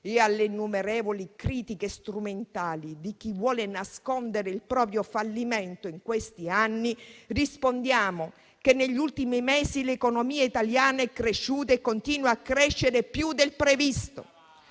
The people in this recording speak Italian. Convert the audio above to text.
e alle innumerevoli critiche strumentali di chi vuole nascondere il proprio fallimento di questi anni, rispondiamo che negli ultimi mesi l'economia italiana è cresciuta e continua a crescere più del previsto